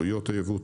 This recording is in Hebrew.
עלויות הייבוא,